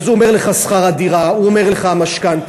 אז הוא אומר לך: שכר הדירה, הוא אומר לך: המשכנתה,